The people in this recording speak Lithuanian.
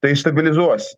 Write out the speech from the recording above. tai stabilizuos